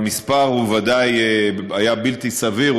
המספר ודאי היה בלתי סביר,